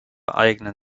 eigenen